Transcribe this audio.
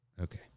Okay